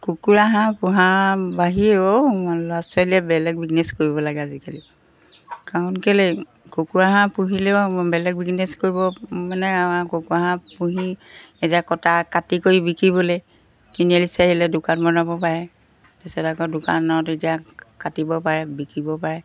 কুকুৰা হাঁহ পোহাৰ বাহিৰেও ল'ৰা ছোৱালীয়ে বেলেগ বিজনেছ কৰিব লাগে আজিকালি কাৰণ কেলৈ কুকুৰা হাঁহ পুহিলেও বেলেগ বিজনেছ কৰিব মানে আমাৰ কুকুৰা হাঁহ পুহি এতিয়া কটা কাটি কৰি বিকিবলৈ তিনিআলি চাৰিআলিয়ে দোকান বনাব পাৰে তাৰপিছত আকৌ দোকানত এতিয়া কাটিব পাৰে বিকিব পাৰে